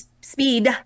speed